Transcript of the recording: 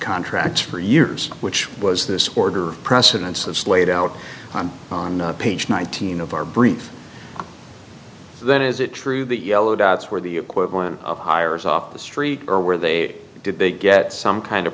contracts for years which was this order of precedence of slade out on page nineteen of our brief then is it true that yellow dots were the equivalent of hires off the street or were they did they get some kind of